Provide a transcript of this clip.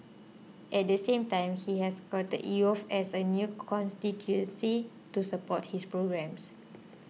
at the same time he has courted youth as a new constituency to support his programmes